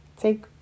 Take